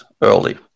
early